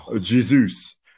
Jesus